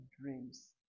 dreams